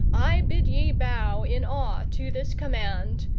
i bid ye bow in awe to this command,